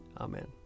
Amen